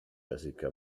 jessica